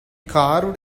carved